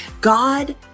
God